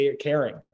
caring